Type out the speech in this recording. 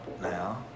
now